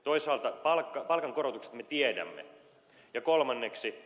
toisaalta palkankorotukset me tiedämme ja kolmanneksi